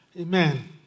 Amen